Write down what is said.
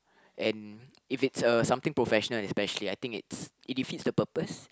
and if it's uh something professsional especially I think it's it defeats the purpose